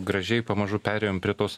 gražiai pamažu perėjom prie tos